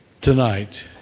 tonight